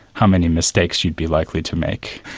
how many mistakes you'd be likely to make.